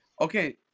Okay